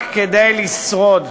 רק כדי לשרוד.